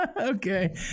okay